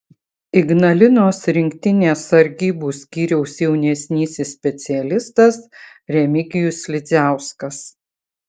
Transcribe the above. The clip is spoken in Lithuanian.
ignalinos rinktinės sargybų skyriaus jaunesnysis specialistas remigijus slidziauskas